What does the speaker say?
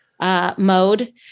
mode